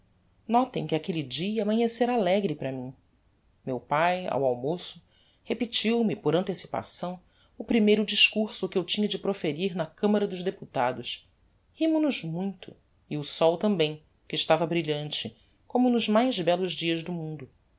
notem que aquelle dia amanhecera alegre para mim meu pae ao almoço repetiu-me por anticipação o primeiro discurso que eu tinha de proferir na camara dos deputados rimo-nos muito e o sol tambem que estava brilhante como nos mais bellos dias do mundo